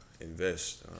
Invest